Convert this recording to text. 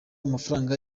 amafaranga